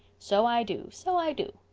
so i do. so i do.